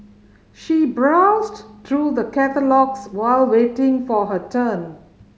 she browsed through the catalogues while waiting for her turn